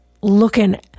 looking